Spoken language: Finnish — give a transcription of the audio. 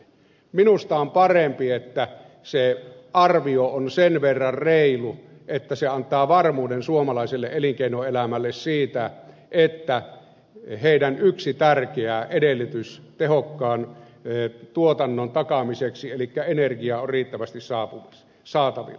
minusta on parempi että se arvio on sen verran reilu että se antaa varmuuden suomalaiselle elinkeinoelämälle siitä että heidän yksi tärkeä tehokkaan tuotannon edellytys taataan että energiaa on riittävästi saatavilla